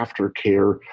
aftercare